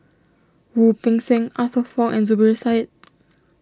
Wu Peng Seng Arthur Fong and Zubir Said